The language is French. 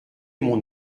mon